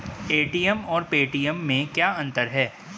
ATM और Paytm में क्या अंतर है?